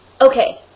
okay